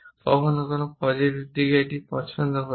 কখনও কখনও পজিটিভ দিকে এটি পছন্দ করা হয়